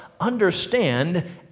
understand